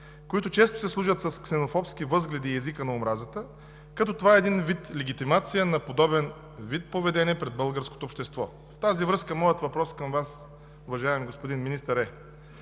които често си служат с ксенофобски възгледи и езика на омразата, като това е един вид легитимация на подобен вид поведение пред българското общество. В тази връзка моят въпрос към Вас, уважаеми господин Министър,